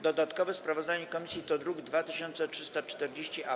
Dodatkowe sprawozdanie komisji to druk nr 2340-A.